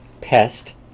Pest